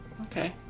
Okay